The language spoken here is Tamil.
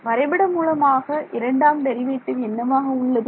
வரைபடம் மூலமாக இரண்டாம் டெரிவேட்டிவ் என்னவாக உள்ளது